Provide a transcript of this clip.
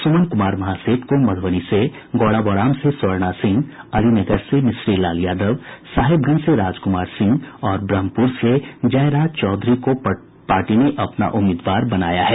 सुमन कुमार महासेठ को मधुबनी से गौड़ाबोराम से स्वर्णा सिंह अलीनगर से मिश्रीलाल यादव साहेबगंज से राजकुमार सिंह और ब्रह्मपुर से जयराज चौधरी को पार्टी ने अपना उम्मीदवार बनाया है